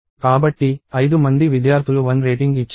కాబట్టి 5 మంది విద్యార్థులు 1 రేటింగ్ ఇచ్చారు